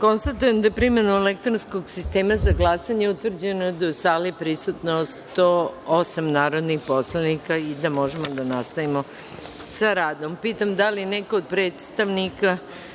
jedinice. Konstatujem da je primenom elektronskog sistema za glasanje utvrđeno da je u sali prisutno 108 narodnih poslanika i da možemo da nastavimo sa radom. Pitam, da li neko od predstavnika